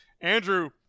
Andrew